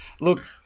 look